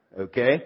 Okay